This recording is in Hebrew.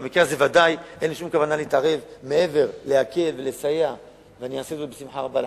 ודאי אין לי שום כוונה להתערב מעבר להקלה וסיוע לחקלאים,